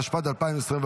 התשפ"ד 2024,